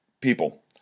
people